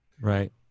Right